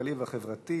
הכלכלי והחברתי,